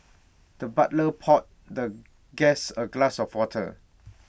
the butler poured the guest A glass of water